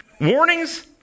Warnings